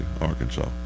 Arkansas